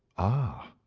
ah,